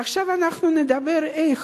עכשיו נדבר איך